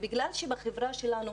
ובגלל שבחברה שלנו,